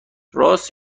راست